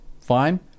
Fine